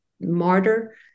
martyr